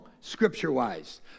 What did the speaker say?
scripture-wise